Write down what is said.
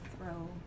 throw